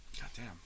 Goddamn